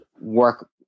work